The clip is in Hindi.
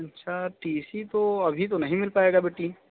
अच्छा टी सी तो अभी तो नहीं मिल पाएगा बेटी